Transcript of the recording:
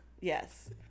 Yes